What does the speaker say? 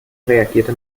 reagierte